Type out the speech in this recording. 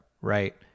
Right